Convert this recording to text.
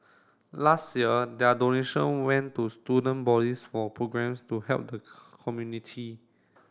last year their donation went to student bodies for programmes to help the community